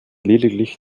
lediglich